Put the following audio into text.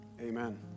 amen